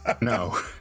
no